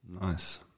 Nice